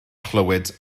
clywed